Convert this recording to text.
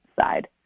side